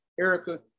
Erica